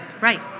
Right